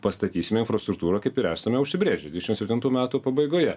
pastatysime infrastruktūrą kaip ir esame užsibrėžę dvidešim septintų metų pabaigoje